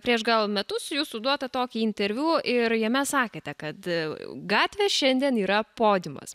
prieš gal metus jūsų duotą tokį interviu ir jame sakėte kad gatvė šiandien yra podiumas